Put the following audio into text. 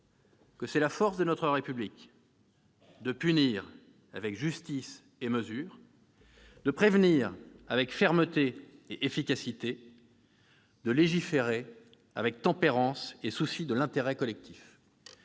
que c'est la force de notre République de punir avec justice et mesure, de prévenir avec fermeté et efficacité, de légiférer avec tempérance et souci de l'intérêt collectif.